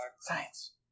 science